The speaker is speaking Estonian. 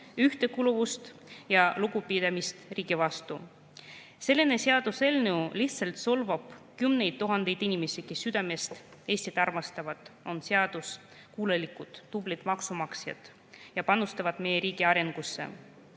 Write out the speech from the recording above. ühtekuuluvust ja lugupidamist riigi vastu. Selline seaduseelnõu lihtsalt solvab kümneid tuhandeid inimesi, kes südamest Eestit armastavad, on seaduskuulelikud, tublid maksumaksjad ja panustavad meie riigi arengusse.